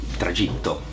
tragitto